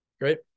Great